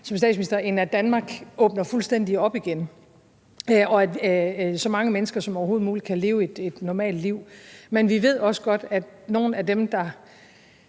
som statsminister, end at Danmark åbner fuldstændig op igen, og at så mange mennesker som overhovedet muligt kan leve et normalt liv. Men vi ved også godt, at nogle af dem, der